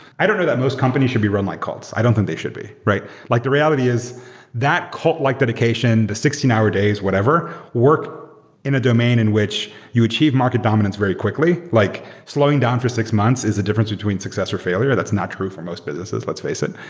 i don't know that most companies should be run like cults. i don't think they should be. like the reality is that cult-like dedication, the sixteen hour days, whatever, work in a domain in which you achieve market dominance very quickly, like slowing down for six months is a difference between success or failure. that's not true for most businesses. let's face it.